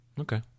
Okay